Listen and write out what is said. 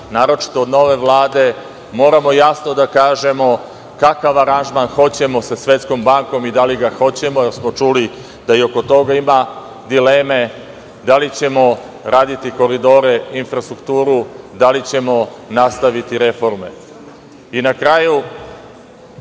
naročito od nove Vlade. Moramo jasno da kažemo kakav aranžman hoćemo sa Svetskom bankom i da li ga hoćemo, jer smo čuli da i oko toga ima dileme, da li ćemo raditi koridore, da li ćemo nastaviti reformu. Na kraju,